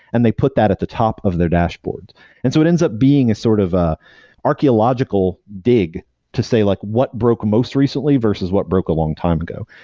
and they put that at the top of their dashboard and so it ends up being sort of a archeological dig to say like what broke most recently, versus what broke a long time ago.